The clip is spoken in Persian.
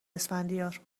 اسفندیار